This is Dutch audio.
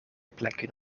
plekken